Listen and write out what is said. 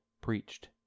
preached